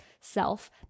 self